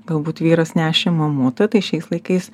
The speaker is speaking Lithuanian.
galbūt vyras nešė mamutą tai šiais laikais